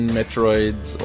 Metroids